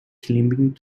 climbing